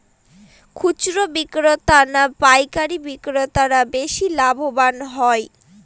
খুচরো বিক্রেতা না পাইকারী বিক্রেতারা বেশি লাভবান হয়?